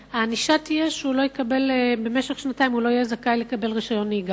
הענישה תהיה שבמשך שנתיים הוא לא יהיה זכאי לקבל רשיון נהיגה.